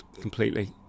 completely